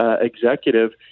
executive